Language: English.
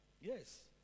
Yes